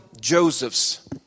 Josephs